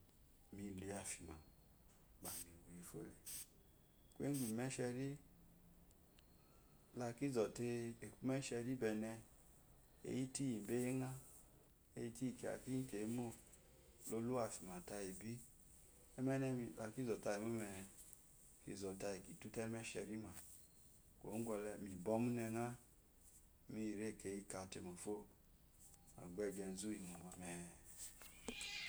Me luyi afime gbami woyi fone kuye gu emesheri nga ki zote aku umesheri bene eyitu yibenga yetu iyi kiya kinnite mo loluwafima yetu iyi kiya kininite mo loluwafima tayibi ummenemi lakizotayi mome kizotayi kituhu amesheri kuwo gole mi bw'munenenga iyirekeyi katemofo agbegyezu yi ŋoma me.